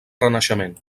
renaixement